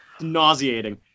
Nauseating